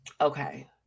Okay